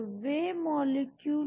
हम zinc database को भी खोज सकते हैं